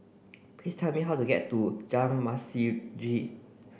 please tell me how to get to Jalan Masjid